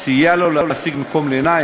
סייע לו להשיג מקום לינה,